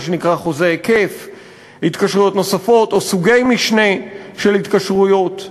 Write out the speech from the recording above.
מה שנקרא "חוזה היקף"; התקשרויות נוספות או סוגי משנה של התקשרויות,